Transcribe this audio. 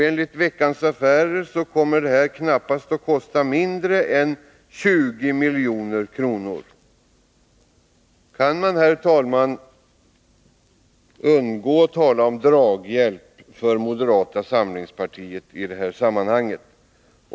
Enligt Veckans Affärer kommer detta knappast att kosta mindre än 20 milj.kr. Kan man, herr talman, undgå att tala om draghjälp åt moderata samlingspartiet i sammanhanget?